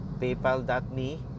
Paypal.me